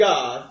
God